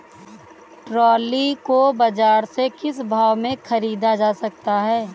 Trolley को बाजार से किस भाव में ख़रीदा जा सकता है?